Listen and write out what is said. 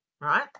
right